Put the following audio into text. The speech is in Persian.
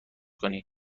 کنین